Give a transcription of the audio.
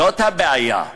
זאת הבעיה.